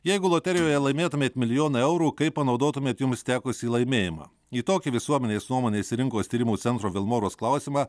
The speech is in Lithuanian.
jeigu loterijoje laimėtumėt milijoną eurų kaip panaudotumėt jums tekusį laimėjimą į tokį visuomenės nuomonės ir rinkos tyrimų centro vilmorus klausimą